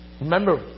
Remember